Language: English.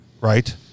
right